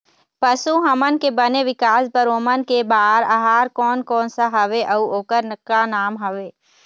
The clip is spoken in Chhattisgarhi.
पशु हमन के बने विकास बार ओमन के बार आहार कोन कौन सा हवे अऊ ओकर का नाम हवे?